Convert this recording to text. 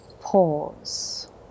pause